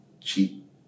cheap